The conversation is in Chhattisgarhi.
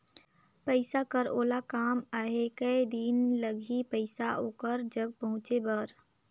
पइसा कर ओला काम आहे कये दिन लगही पइसा ओकर जग पहुंचे बर?